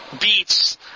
beats